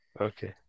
okay